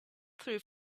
through